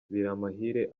biramahire